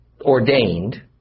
ordained